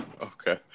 Okay